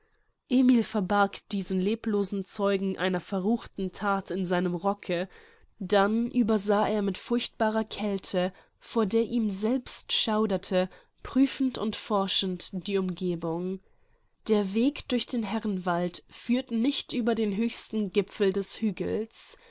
emil verbarg diesen leblosen zeugen einer verruchten that in seinem rocke dann übersah er mit furchtbarer kälte vor der ihm selbst schauderte prüfend und forschend die umgebung der weg durch den herrenwald führt nicht über den höchsten gipfel des hügels